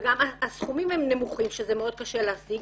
וגם הסכומים הם נמוכים שזה מאוד קשה להשיג.